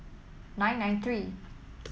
nine nine three